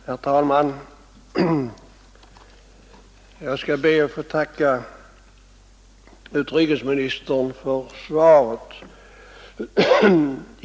Herr talman! Jag skall be att få tacka utrikesministern för svaret.